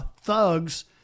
thugs